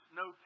no